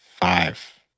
five